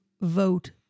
vote